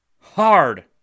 hard